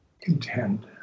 content